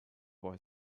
boy